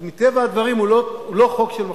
אז מטבע הדברים הוא לא חוק של מחלוקת.